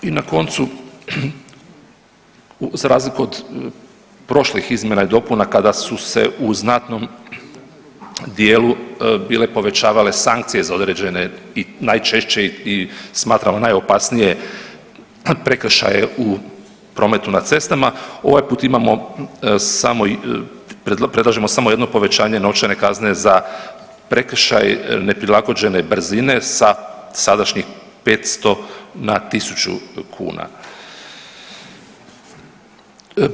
I na koncu za razliku od prošlih izmjena i dopuna kada su se u znatnom dijelu bile povećavale sankcije za određene i najčešće smatramo i najopasnije prekršaje u prometu na cestama ovaj put imamo samo, predlažemo samo jedno povećanje novčane kazne za prekršaj neprilagođene brzine sa sadašnjih 500 na 1.000 kuna.